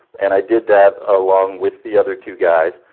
and i did that along with the other two guys,